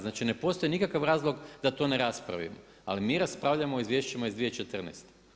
Znači ne postoji nikakav razlog da to ne raspravimo, ali mi raspravljamo o izvješćima iz 2014.